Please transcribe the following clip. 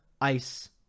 ice